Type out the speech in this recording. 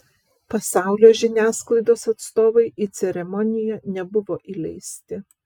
pasaulio žiniasklaidos atstovai į ceremoniją nebuvo įleisti